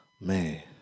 man